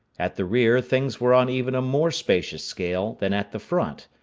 at the rear things were on even a more spacious scale than at the front.